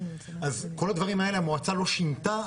אז את כל הדברים האלו המועצה לא שינתה,